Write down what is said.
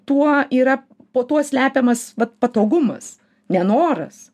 tuo yra po tuo slepiamas vat patogumas nenoras